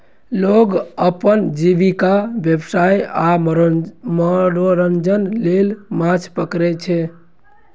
लोग अपन जीविका, व्यवसाय आ मनोरंजन लेल माछ पकड़ै छै